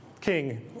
king